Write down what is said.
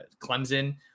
Clemson